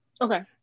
Okay